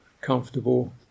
comfortable